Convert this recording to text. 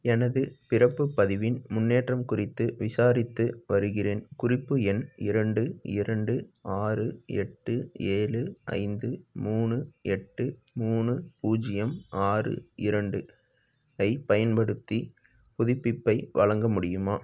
எனதுப் பிறப்புப் பதிவின் முன்னேற்றம் குறித்து விசாரித்து வருகிறேன் குறிப்பு எண் இரண்டு இரண்டு ஆறு எட்டு ஏழு ஐந்து மூணு எட்டு மூணு பூஜ்ஜியம் ஆறு இரண்டு ஐப் பயன்படுத்தி புதுப்பிப்பை வழங்க முடியுமா